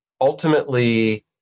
ultimately